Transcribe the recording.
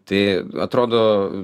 tai atrodo